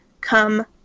come